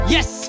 Yes